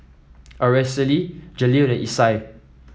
Aracely Jaleel and Isai